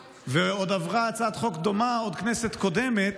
ועברה עוד הצעת חוק דומה בכנסת קודמת,